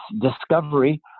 discovery